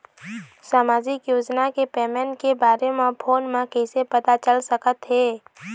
सामाजिक योजना के पेमेंट के बारे म फ़ोन म कइसे पता चल सकत हे?